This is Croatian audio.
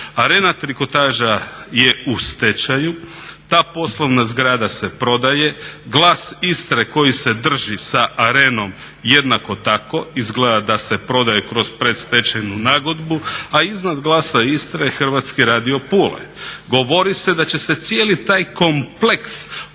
Arena Trikotaža je u stečaju, ta poslovna zgrada se prodaje. Glas Istre koji se drži sa Arenom jednako tako, izgleda da se prodaje kroz predstečajnu nagodbu a iznad Glasa Istre je Hrvatski radio Pula. Govori se da će se cijeli taj kompleks prodati